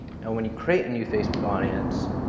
and when you create a new facebook audience,